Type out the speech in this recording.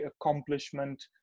accomplishment